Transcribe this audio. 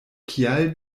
kial